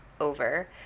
over